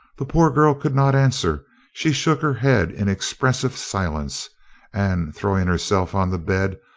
the poor girl could not answer she shook her head in expressive silence and throwing herself on the bed,